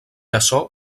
açò